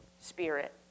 spirit